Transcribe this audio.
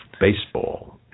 baseball